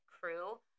crew